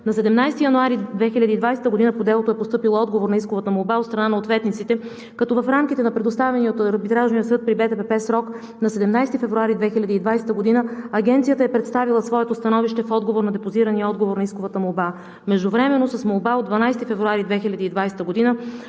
На 17 януари 2020 г. по делото е постъпил отговор на исковата молба от страна на ответниците, като в рамките на предоставения от Арбитражния съд при БТПП срок на 17 февруари 2020 г. Агенцията е представила своето становище в отговор на депозирания отговор на исковата молба. Междувременно, с молба от 12 февруари 2020 г.,